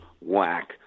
whack